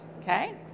Okay